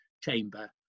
chamber